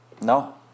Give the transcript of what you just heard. No